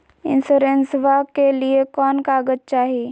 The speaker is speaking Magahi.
इंसोरेंसबा के लिए कौन कागज चाही?